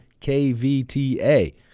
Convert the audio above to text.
KVTA